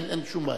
אין שום בעיה.